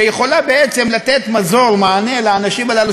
שיכול בעצם לתת מזור ומענה לאנשים הללו,